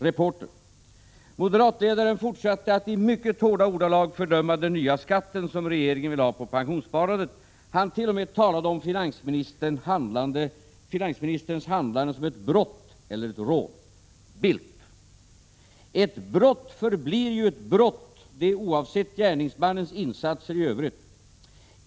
REPORTER Moderatledaren fortsatte att i mycket hårda ordalag fördöma den nya skatt som regeringen vill ha på pensionssparandet. Han t.o.m. talade om finansministerns handlande som ett brott eller ett rån. —- BILDT Ett brott förblir ju ett brott det oavsett gärningsmannens insatser i övrigt.